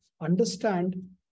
understand